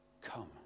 Come